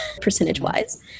percentage-wise